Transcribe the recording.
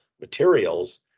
materials